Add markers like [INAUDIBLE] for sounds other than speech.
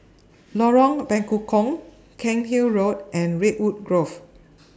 [NOISE] Lorong Bekukong Cairnhill Road and Redwood Grove [NOISE]